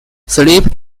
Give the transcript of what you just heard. sleep